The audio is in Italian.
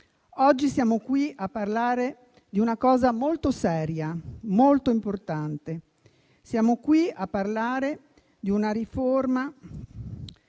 Oggi siamo qui a parlare di una cosa molto seria, molto importante. Siamo qui a parlare di una riforma